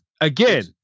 Again